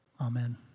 Amen